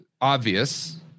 obvious